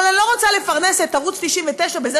אבל אני לא רוצה לפרנס את ערוץ 99 בזה